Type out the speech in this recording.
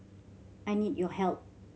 I need your help